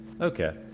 Okay